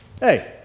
hey